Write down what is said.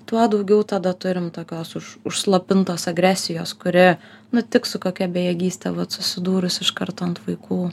tuo daugiau tada turim tokios užslopintos agresijos kuri nutiks su kokia bejėgystė susidūrus iš karto ant vaikų